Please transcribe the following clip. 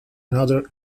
another